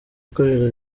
ikorera